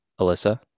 Alyssa